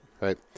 right